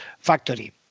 factory